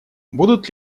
будут